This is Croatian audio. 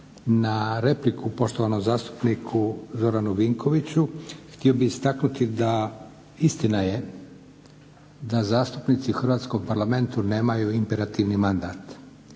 na repliku poštovanom zastupniku Zoranu Vinkoviću htio bih istaknuti da istina je da zastupnici u Hrvatskom parlamentu nemaju imperativni mandat,